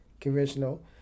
conventional